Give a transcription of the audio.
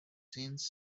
since